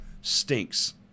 Stinks